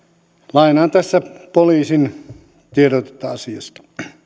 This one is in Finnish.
lainaan tässä poliisin tiedotetta asiasta